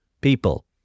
people